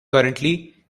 currently